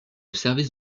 service